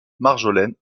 marjolaine